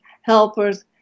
helpers